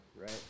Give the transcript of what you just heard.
right